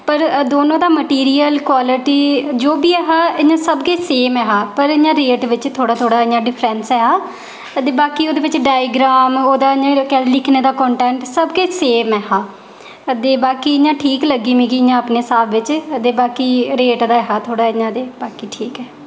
पर दोनो दा मैटिरियल क्वालिटी जो बी ऐ हा इ'यां सब किश सेम हा पर इ'यां रेयर दे बिच्च इ'यां थोह्ड़ा थोह्ड़ा डिफ्रैश ऐ हा ते बाकी ओह्दे बिच्च डायगार्म ओह्दा इ'यां केह् आखदे लिखने दा कंटैंट सब किश सेम गै हा ते बाकी इ'यां ठीक लग्गी मिगी इ'यां अपने स्हाब बिच्च ते ओह् बाकी रेट दा ऐ हा थोह्ड़ा ते इ'यां बाकी